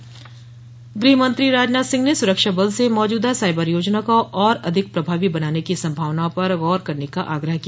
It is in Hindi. आग्रह गृहमंत्री राजनाथ सिंह ने सुरक्षा बल से मौजूदा साइबर योजना को और अधिक प्रभावी बनाने की संभावनाओं पर गौर करने का आग्रह किया